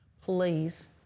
Please